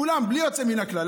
כולם, בלי יוצא מן הכלל.